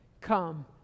come